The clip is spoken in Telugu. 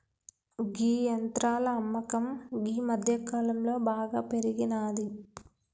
గీ యంత్రాల అమ్మకం గీ మధ్యకాలంలో బాగా పెరిగినాది